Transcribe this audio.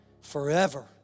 forever